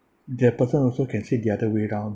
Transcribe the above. the person also can say the other way round